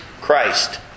Christ